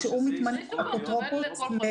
שהוא מתמנה לאפוטרופוס.